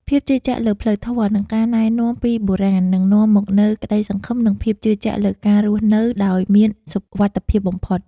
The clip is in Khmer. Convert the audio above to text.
ភាពជឿជាក់លើផ្លូវធម៌ និងការណែនាំពីបុរាណនឹងនាំមកនូវក្តីសង្ឃឹម និងភាពជឿជាក់លើការរស់នៅដោយមានសុវត្ថិភាពបំផុត។